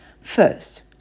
First